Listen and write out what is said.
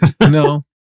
No